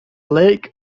lake